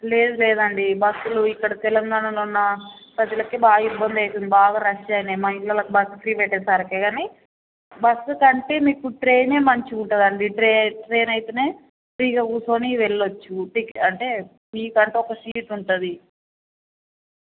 లేదు లేదండి బస్సులు ఇక్కడ తెలంగాణలో ఉన్న ప్రజలకు బాగా ఇబ్బంది అవుతుంది బాగా రష్ అయినాయి మహిళలకు బసు ఫ్రీ పెట్టేసరికి కానీ బస్సు కంటే మీకు ట్రైన్ మంచిగా ఉంటుంది అండి ట్రే ట్రైన్ అయితే ఫ్రీగా కూర్చోని వెళ్ళ వచ్చు అంటే మీకంటు ఒక సీటు ఉంటుంది